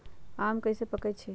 आम कईसे पकईछी?